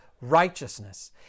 righteousness